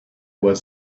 was